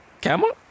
Camel